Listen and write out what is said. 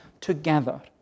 together